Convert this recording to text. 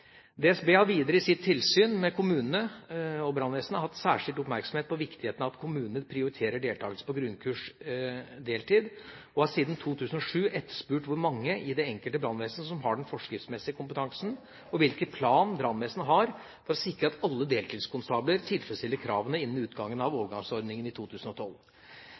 DSB har videre i sitt tilsyn med kommunene/brannvesenet hatt særskilt oppmerksomhet på viktigheten av at kommunene prioriterer deltakelse på grunnkurs deltid, og har siden 2007 etterspurt hvor mange i det enkelte brannvesen som har den forskriftsmessige kompetansen, og hvilken plan brannvesenet har for å sikre at alle deltidskonstabler tilfredsstiller kravene innen utgangen av overgangsordningen i 2012.